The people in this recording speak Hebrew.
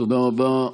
תודה רבה.